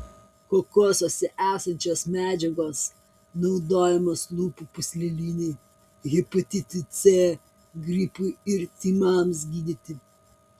kokosuose esančios medžiagos naudojamos lūpų pūslelinei hepatitui c gripui ir tymams gydyti